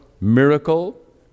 miracle